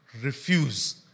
Refuse